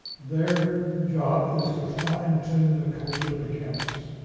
their job is to fine-tune the culture of the campus,